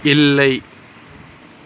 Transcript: இல்லை